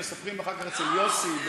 מספרים אחר כך אצל יוסי,